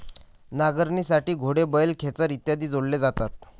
नांगरणीसाठी घोडे, बैल, खेचरे इत्यादी जोडले जातात